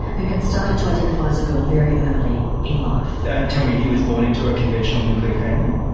who had started to identify as a girl very early in life. and tell me, he was born into a conventional nuclear family?